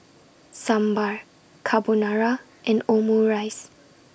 Sambar Carbonara and Omurice